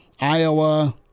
Iowa